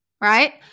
right